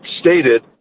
stated